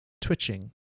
twitching